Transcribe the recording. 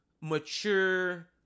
mature